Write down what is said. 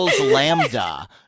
Lambda